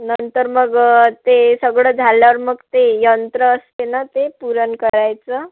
नंतर मग ते सगळं झाल्यावर मग ते यंत्र असते ना ते पुरण करायचं